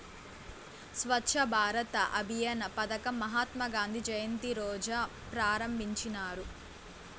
స్వచ్ఛ భారత్ అభియాన్ పదకం మహాత్మా గాంధీ జయంతి రోజా ప్రారంభించినారు